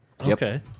Okay